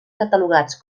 catalogats